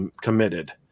committed